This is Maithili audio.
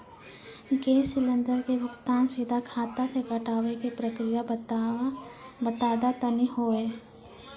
गैस सिलेंडर के भुगतान सीधा खाता से कटावे के प्रक्रिया बता दा तनी हो?